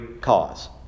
cause